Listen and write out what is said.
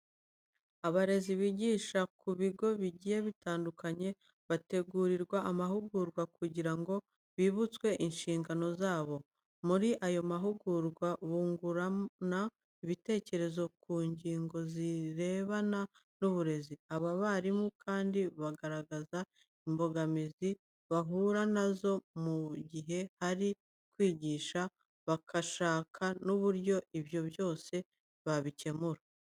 Abarezi bigisha ku bigo bigiye bitandukanye bategurirwa amahugurwa kugira ngo bibutswe inshingano zabo. Muri aya mahugurwa bungurana ibitekerezo ku ngingo zirebana n'uburezi. Aba barimu kandi bagaragaza imbogamizi bahura na zo mu gihe bari kwigisha, bagashaka n'uburyo ibyo byose babikemura.